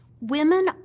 Women